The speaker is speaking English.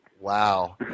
Wow